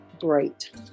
great